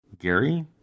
Gary